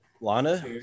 Lana